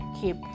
keep